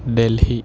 Delhi